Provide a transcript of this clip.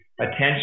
attention